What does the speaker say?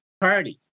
party